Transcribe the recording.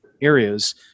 areas